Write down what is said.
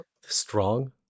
strong